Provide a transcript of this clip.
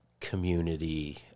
community